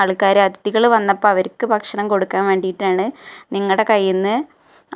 ആൾക്കാർ അതിഥികൾ വന്നപ്പം അവർക്ക് ഭക്ഷണം കൊടുക്കാൻ വേണ്ടിയിട്ടാണ് നിങ്ങളുടെ കൈയ്യിൽനിന്ന്